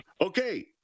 Okay